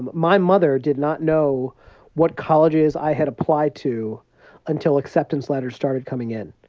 my mother did not know what colleges i had applied to until acceptance letters started coming in.